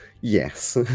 yes